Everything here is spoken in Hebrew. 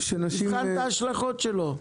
היא תבחן את ההשלכות שלו.